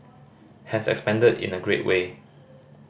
has expanded in a great way